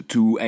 Two